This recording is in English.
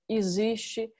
existe